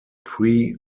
pre